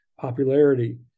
popularity